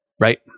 right